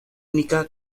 única